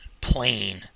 plane